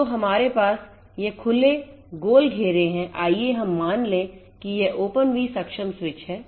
तो हमारे पास यह खुले गोल घेरे हैं आइए हम मान लें कि ये ओपनवी सक्षम स्विच हैं